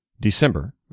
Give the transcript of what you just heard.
December